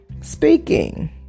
speaking